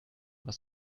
was